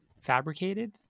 fabricated